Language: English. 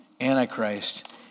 Antichrist